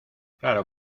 claro